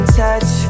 touch